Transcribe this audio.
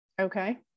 Okay